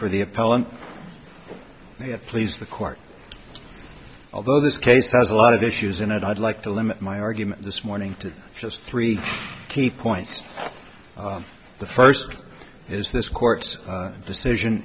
for the appellant please the court although this case has a lot of issues in it i'd like to limit my argument this morning to just three key points the first is this court's decision